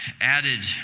added